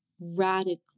radically